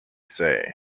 say